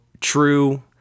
true